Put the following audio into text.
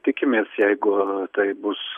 tikimės jeigu tai bus